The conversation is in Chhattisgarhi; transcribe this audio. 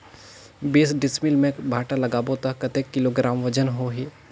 बीस डिसमिल मे भांटा लगाबो ता कतेक किलोग्राम वजन होही?